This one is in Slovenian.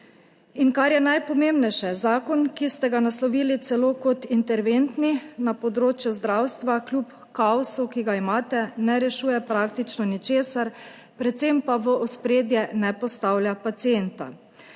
In kar je najpomembnejše, zakon, ki ste ga naslovili celo kot interventni na področju zdravstva, kljub kaosu, ki ga imate, ne rešuje praktično ničesar, predvsem pa v ospredje ne postavlja pacienta.